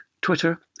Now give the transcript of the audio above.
Twitter